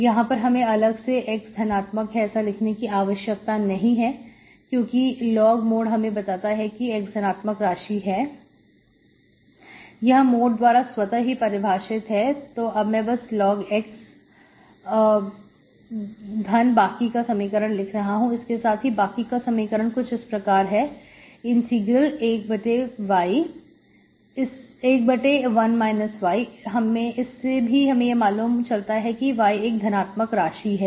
यहां पर हमें अलग से x धनात्मक है ऐसा लिखने की आवश्यकता नहीं है क्योंकि लॉग मोड हमें बताता है कि x धनात्मक राशि है यह मोड द्वारा स्वत ही परिभाषित है तो अब मैं बस लॉग x धन बाकी का समीकरण लिख रहा हूं इसके साथ ही बाकी का समीकरण कुछ इस प्रकार है इंटीग्रल एक बटे 1 y इससे भी हमें यह मालूम चलता है कि y एक धनात्मक राशि है